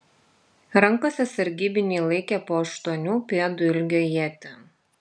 rankose sargybiniai laikė po aštuonių pėdų ilgio ietį